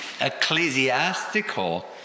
ecclesiastical